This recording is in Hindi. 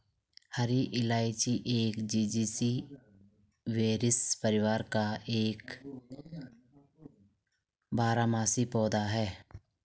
हरी इलायची एक जिंजीबेरेसी परिवार का एक बारहमासी पौधा है